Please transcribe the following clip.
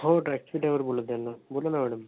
हो taxi driver बोलत आहे ना बोला ना मॅडम